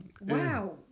wow